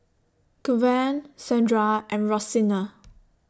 Kevan Sandra and Roseanna